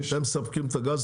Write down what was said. אתם מספקים את הגז?